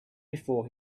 before